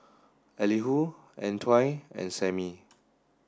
Elihu Antoine and Samie